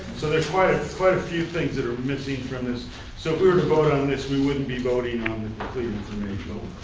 so there's quite quite a few things that are missing from this so if we were to vote on this we wouldn't be voting on the complete